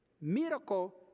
Miracle